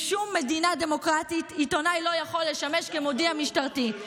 בשום מדינה דמוקרטית עיתונאי לא יכול לשמש כמודיע משטרתי,